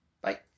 bye